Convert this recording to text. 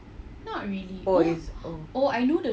oh it's oh